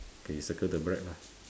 okay you circle the bread lah